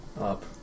up